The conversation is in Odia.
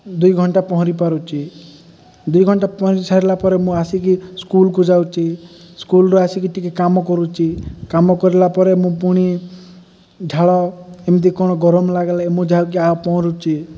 ଦୁଇ ଘଣ୍ଟା ପହଁରି ପାରୁଛି ଦୁଇ ଘଣ୍ଟା ପହଁରି ସାରିଲା ପରେ ମୁଁ ଆସିକି ସ୍କୁଲକୁ ଯାଉଛି ସ୍କୁଲରୁ ଆସିକି ଟିକେ କାମ କରୁଛି କାମ କରିଲା ପରେ ମୁଁ ପୁଣି ଝାଳ ଏମିତି କଣ ଗରମ ଲାଗଲେ ମୁଁ ଯାଉକି ଆଉ ପହଁରୁଛି